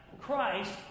Christ